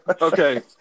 Okay